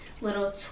little